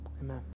amen